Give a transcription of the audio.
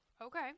Okay